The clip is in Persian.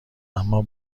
اما